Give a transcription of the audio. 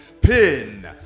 Pin